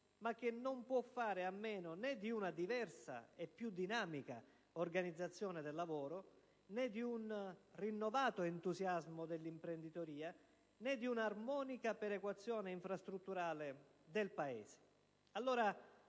ma non può fare a meno né di una diversa e più dinamica organizzazione del lavoro, né di un rinnovato entusiasmo dell'imprenditoria, né di una armonica perequazione infrastrutturale del Paese.